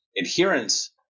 adherence